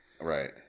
right